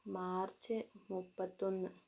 March മുപ്പത്തൊന്ന്